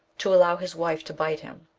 to allow his wife to bite him.